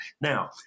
Now